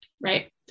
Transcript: Right